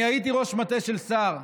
אני הייתי ראש מטה של שר.